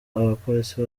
abapolisi